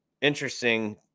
interesting